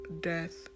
death